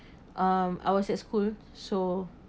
um I was at school so